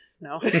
No